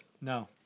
No